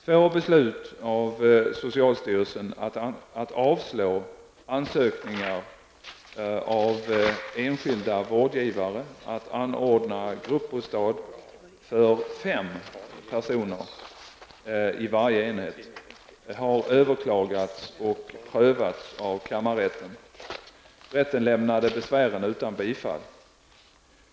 Två beslut av socialstyrelsen att avslå ansökningar från enskilda vårdgivare att anordna gruppbostad för fem personer i varje enhet har överklagats och prövats av kammarrätten. Rätten lämnade besvären utan bifall.